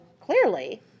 clearly